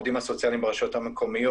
העובדים הסוציאליים ברשויות המקומיות,